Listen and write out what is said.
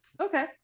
Okay